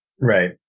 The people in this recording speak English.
Right